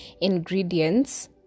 ingredients